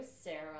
Sarah